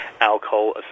alcohol